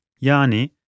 Yani